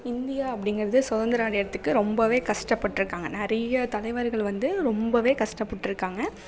India அப்படிங்கிறது சுதந்திரம் அடையிறதுக்கு ரொம்பவே கஷ்டப்பட்ருக்காங்க நிறைய தலைவர்கள் வந்து ரொம்பவே கஷ்டப்பட்ருக்காங்க